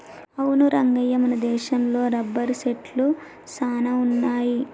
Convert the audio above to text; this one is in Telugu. అవును రంగయ్య మన దేశంలో రబ్బరు సెట్లు సాన వున్నాయి